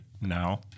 now